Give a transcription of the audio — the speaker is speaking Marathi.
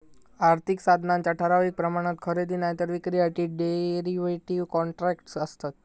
आर्थिक साधनांच्या ठराविक प्रमाणात खरेदी नायतर विक्रीसाठी डेरीव्हेटिव कॉन्ट्रॅक्टस् आसत